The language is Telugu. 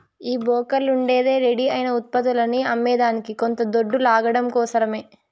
ఈ బోకర్లుండేదే రెడీ అయిన ఉత్పత్తులని అమ్మేదానికి కొంత దొడ్డు లాగడం కోసరమే